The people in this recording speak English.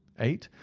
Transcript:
eight.